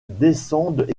descendent